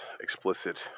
explicit